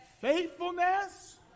faithfulness